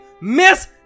miss